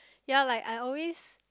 ya like I always